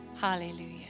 Hallelujah